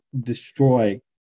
destroy